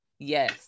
Yes